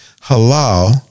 halal